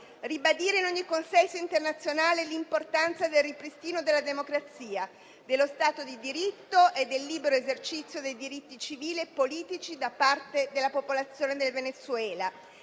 ribadire in ogni consesso internazionale l'importanza del ripristino della democrazia, dello Stato di diritto e del libero esercizio dei diritti civili e politici da parte della popolazione del Venezuela,